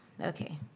Okay